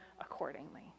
accordingly